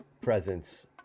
presence